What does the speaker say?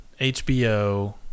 HBO